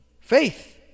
Faith